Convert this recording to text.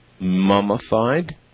Mummified